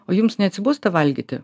o jums neatsibosta valgyti